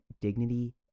dignity